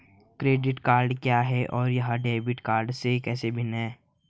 Credit card क्या है और यह डेबिट कार्ड से कैसे भिन्न है?